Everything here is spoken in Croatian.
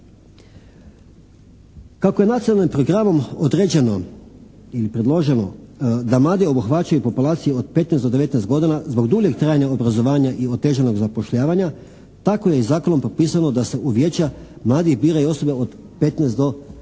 Kako je nacionalnim programom određeno ili predloženo da mladi obuhvaćaju populaciju od petnaest do devetnaest godina zbog duljeg trajanja obrazovanja i otežanog zapošljavanja tako je i zakonom propisano da se u vijeća mladih biraju osobe od petnaest do